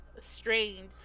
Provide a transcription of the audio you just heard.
strained